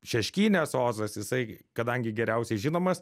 šeškinės ozas jisai kadangi geriausiai žinomas